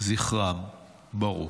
זכרם ברוך.